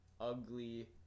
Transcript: ugly